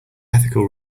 ethical